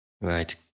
Right